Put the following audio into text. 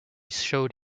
showed